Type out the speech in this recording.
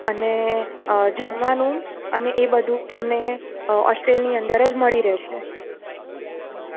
અને જમવાનું અને એ બધું તમને હોસ્ટેલની અંદર જ મળી રહેશે